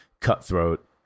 cutthroat